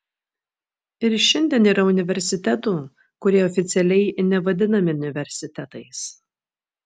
ir šiandien yra universitetų kurie oficialiai nevadinami universitetais